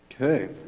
Okay